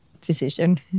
decision